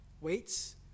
weights